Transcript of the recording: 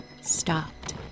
stopped